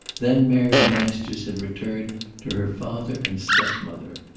then mary masters had returned to her father and stepmother.